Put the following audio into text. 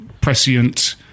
prescient